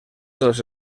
tots